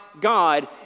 God